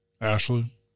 Ashley